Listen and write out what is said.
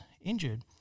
injured